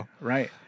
Right